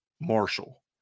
Marshall